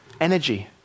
energy